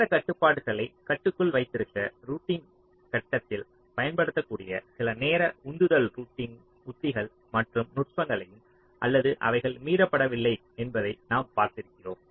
நேர கட்டுப்பாடுகளை கட்டுக்குள் வைத்திருக்க ரூட்டிங் கட்டத்தில் பயன்படுத்தக்கூடிய சில நேர உந்துதல் ரூட்டிங் உத்திகள் மற்றும் நுட்பங்களையும் அல்லது அவைகள் மீறப்படவில்லை என்பதை நாம் பார்த்திருக்கிறோம்